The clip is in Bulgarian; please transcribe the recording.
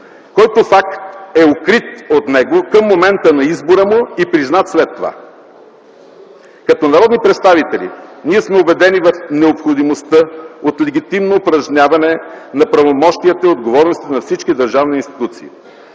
който факт е укрит от него към момента на избора му и признат след това. Като народни представители ние сме убедени в необходимостта от легитимно упражняване на правомощията и отговорностите на всички държавни институции.